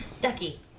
Ducky